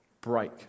break